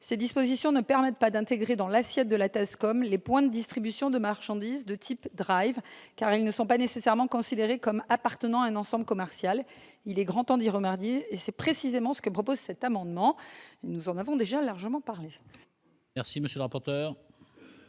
Ces dispositions ne permettent pas d'intégrer dans l'assiette de la TASCOM les points de distribution de marchandises de type, car ceux-ci ne sont pas nécessairement considérés comme appartenant à un ensemble commercial. Il est grand temps d'y remédier, et c'est précisément ce à quoi tend cet amendement. Nous en avons déjà largement parlé